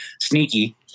sneaky